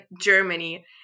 Germany